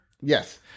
Yes